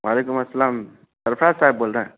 وعلیکم السلام درفاد صاحب بول رہے ہیں